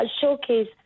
showcase